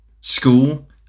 school